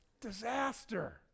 disaster